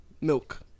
Milk